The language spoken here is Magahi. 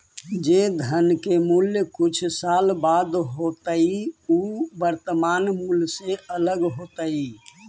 जे धन के मूल्य कुछ साल बाद होतइ उ वर्तमान मूल्य से अलग होतइ